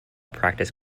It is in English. practice